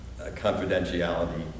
confidentiality